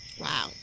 Wow